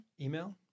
Email